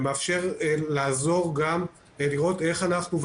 ומאפשר לראות איך אנחנו מול הציבור,